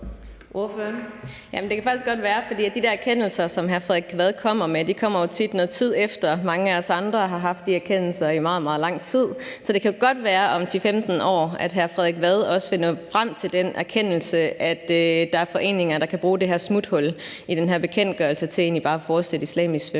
faktisk godt være. For de der erkendelser, som hr. Frederik Vad kommer med, kommer jo tit noget tid efter, mange af os andre har haft de erkendelser i meget, meget lang tid. Så det kan jo også godt være, at hr. Frederik Vad om 10-15 år finder frem til den erkendelse, at der er foreninger, der kan bruge det her smuthul i bekendtgørelsen til egentlig bare at fortsætte islamisk svømning.